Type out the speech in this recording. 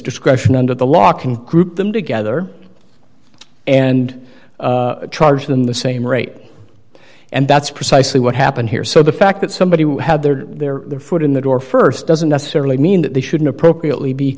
discretion under the law can group them together and charge them the same rate and that's precisely what happened here so the fact that somebody had their their foot in the door st doesn't necessarily mean that they shouldn't appropriately be